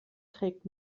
trägt